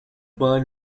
wine